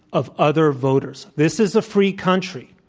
of other voters. this is a free country.